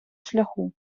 шляху